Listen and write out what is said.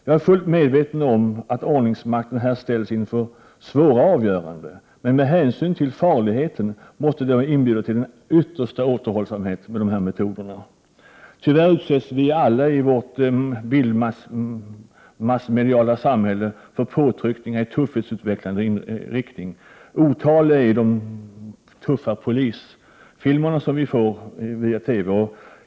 Jag är fullt medveten om att ordningsmakten här ställs inför svåra avgöranden, men med hänsyn till farligheten måste dessa metoder användas med yttersta återhållsamhet. Tyvärr utsätts vi alla i vårt bilmassmediala samhälle för påtryckningar i tuffhetsutvecklande riktning. Otaliga är de tuffa polisfilmer som vi kan se på TV.